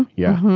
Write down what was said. yeah. hmm.